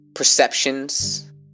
perceptions